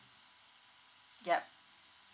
yup